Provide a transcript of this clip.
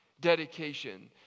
Dedication